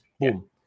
boom